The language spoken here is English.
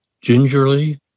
gingerly